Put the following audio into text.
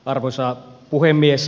arvoisa puhemies